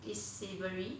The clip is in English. is savoury